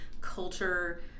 culture